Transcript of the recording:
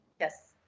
yes